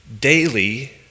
daily